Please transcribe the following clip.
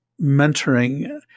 mentoring